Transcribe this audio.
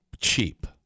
cheap